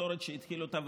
מסורת שהתחיל אותה,